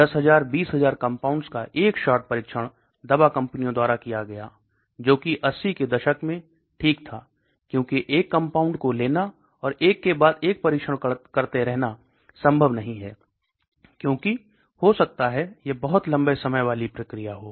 10000 20000 compounds का एक shot परीक्षण दवा कंपनियों द्वारा किया गया जो कि 80 के दशक में ठीक था क्योंकि एक कंपाउंड को लेना और एक के बाद एक परीक्षण करते रहना संभव नहीं है क्योकि हो सकता है ये बहुत समय लेने वाली प्रक्रिया हो